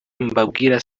mbabwira